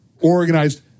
organized